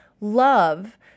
love